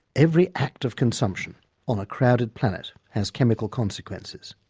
every act of consumption on a crowded planet has chemical consequences.